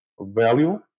value